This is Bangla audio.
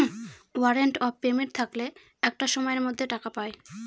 ওয়ারেন্ট অফ পেমেন্ট থাকলে একটা সময়ের মধ্যে টাকা পায়